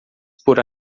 por